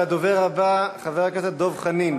הדובר הבא, חבר הכנסת דב חנין.